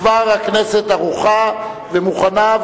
כבר הכנסת ערוכה ומוכנה,